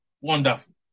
wonderful